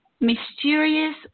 mysterious